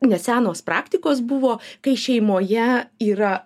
nesenos praktikos buvo kai šeimoje yra